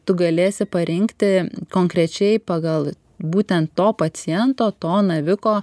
tu galėsi parinkti konkrečiai pagal būtent to paciento to naviko